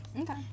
Okay